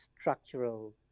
structural